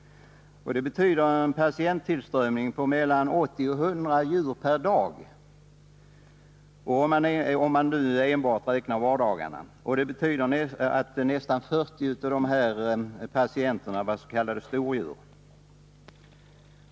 Det betyder en patienttillströmning på mellan 80 och 100 djur per dag, om man enbart räknar vardagar, och det betyder att nästan 40 av dessa patienter per dag var s.k. stordjur.